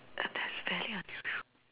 A test value on the